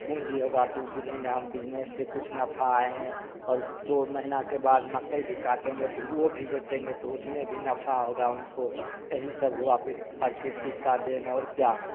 पूँजी होगा तो ऊ बूझेंगे हम बिजनेस से कुछ नफा आए हैं और दो महीना के बाद मकई भी काटेंगे तो वो भी बेचेंगे तो उसमें भी नफा होगा उनको यही सब हुआ फिर प्रकृति का देन और क्या है